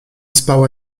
spała